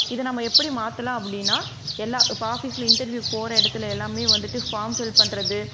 இதை நம்ம எப்படி மாற்றலாம் அப்படின்னா எல்லாம் இப்போ ஆஃபிஸ்ல இன்டர்வியூவுக்கு போகிற இடத்துல எல்லாமே வந்துட்டு ஃபார்ம் ஃபில் பண்ணுறது